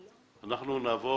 אנחנו נבוא